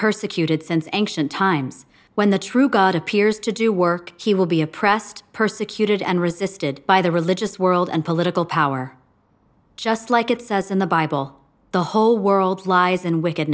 persecuted since anxious times when the true god appears to do work he will be oppressed persecuted and resisted by the religious world and political power just like it says in the bible the whole world lies and wicked